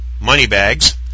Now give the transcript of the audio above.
Moneybags